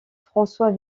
françois